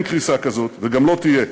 אין קריסה כזאת, וגם לא תהיה.